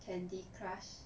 candy crush